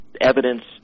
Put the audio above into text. evidence